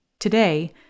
Today